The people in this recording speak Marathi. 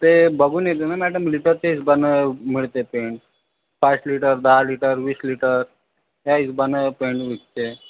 ते बघून येतं ना मॅडम लिटरचे हिशेबानं मिळते ते पाच लिटर दा लिटर वीस लिटर या हिशेबानं पेंट विकते